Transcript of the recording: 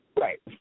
Right